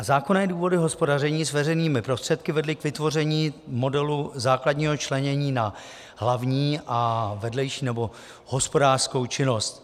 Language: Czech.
A zákonné důvody hospodaření s veřejnými prostředky vedly k vytvoření modelu základního členění na hlavní a vedlejší nebo hospodářskou činnost.